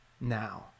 now